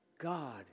God